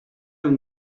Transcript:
have